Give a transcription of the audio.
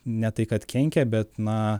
ne tai kad kenkia bet na